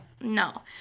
No